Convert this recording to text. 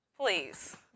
please